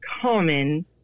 common